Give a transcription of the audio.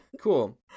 Cool